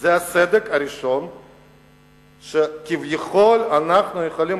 זה הסדק הראשון שכביכול אנחנו יכולים